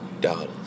dollars